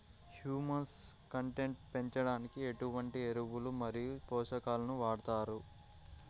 Humus content పెంచడానికి ఎటువంటి ఎరువులు మరియు పోషకాలను వాడతారు?